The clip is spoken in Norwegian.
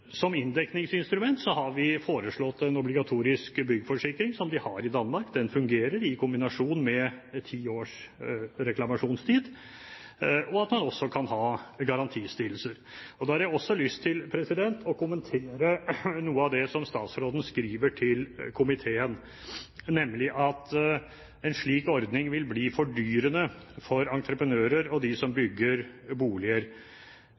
Som inndekningsinstrument har vi foreslått en obligatorisk byggeforsikring, som de har i Danmark – den fungerer i kombinasjon med ti års reklamasjonstid – og at man også kan ha garantistillelse. Da har jeg også lyst til å kommentere det som statsråden skriver til komiteen, nemlig at en slik ordning vil bli fordyrende for entreprenører og de som bygger boliger.